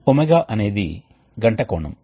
ఇప్పుడు మేము దానిని రీజెనరేటర్ అని చర్చించాము